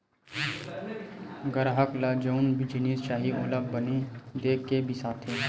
गराहक ल जउन जिनिस चाही ओला बने देख के बिसाथे